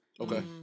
Okay